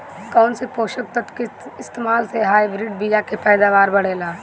कौन से पोषक तत्व के इस्तेमाल से हाइब्रिड बीया के पैदावार बढ़ेला?